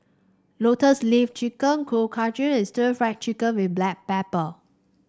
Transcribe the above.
Lotus Leaf Chicken Kuih Kochi and stir Fry Chicken with Black Pepper